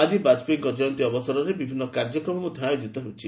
ଆଜି ବାଜପେୟୀଙ୍କ ଜୟନ୍ତୀ ଅବସରରେ ବିଭିନ୍ନ କାର୍ଯ୍ୟକ୍ରମ ମଧ୍ୟ ଆୟୋଜିତ ହେଉଛି